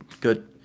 good